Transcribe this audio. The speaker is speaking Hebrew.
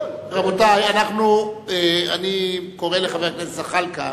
רבותי, אני קורא לחבר הכנסת ג'מאל זחאלקה